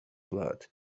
blood